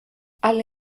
alle